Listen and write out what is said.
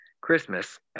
Christmas